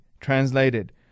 translated